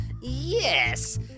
Yes